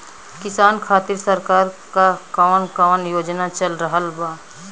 किसान खातिर सरकार क कवन कवन योजना चल रहल बा?